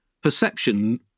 perception